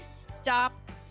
Stop